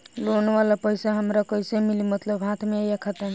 Loan वाला पैसा हमरा कइसे मिली मतलब हाथ में या खाता में?